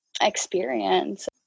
experience